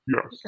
Yes